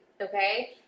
Okay